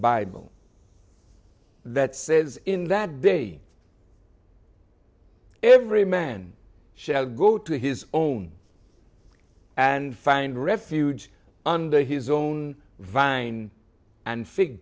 bible that says in that day every man shall go to his own and find refuge under his own vine and